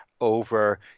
over